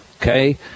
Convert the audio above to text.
okay